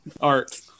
Art